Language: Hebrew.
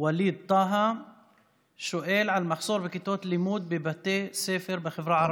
ווליד טאהא שואל על מחסור בכיתות לימוד בבתי ספר בחברה הערבית.